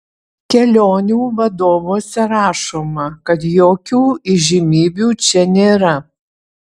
kelionių vadovuose rašoma kad jokių įžymybių čia nėra